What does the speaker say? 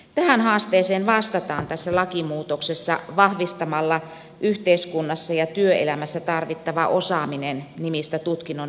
tähän haasteeseen vastataan tässä lakimuutoksessa vahvistamalla yhteiskunnassa ja työelämässä tarvittava osaaminen nimistä tutkinnon osaa